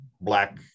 black